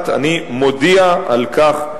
לחוק הממשלה, התשס"א 2001, אני מודיע על כך לכנסת.